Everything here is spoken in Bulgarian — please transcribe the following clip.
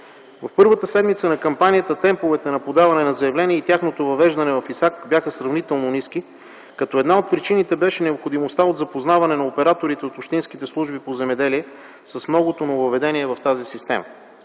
В първата седмица на кампанията темповете на подаване на заявления и тяхното въвеждане в ИСАК бяха сравнително ниски, като една от причините беше необходимостта от запознаване на операторите от общинските служби по земеделие с многото нововъведения в тази система.